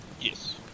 Yes